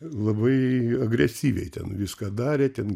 labai agresyviai ten viską darė ten